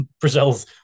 Brazil's